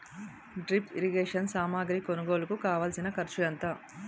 drip irrigation సామాగ్రి కొనుగోలుకు కావాల్సిన ఖర్చు ఎంత